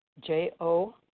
J-O